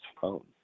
phone